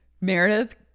Meredith